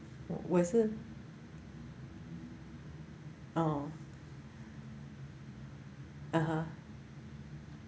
我也是 oh (uh huh)